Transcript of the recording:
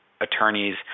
attorneys